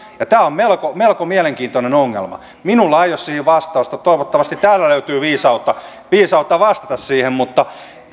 tämä on melko melko mielenkiintoinen ongelma minulla ei ole siihen vastausta toivottavasti täällä löytyy viisautta viisautta vastata siihen mutta